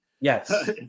Yes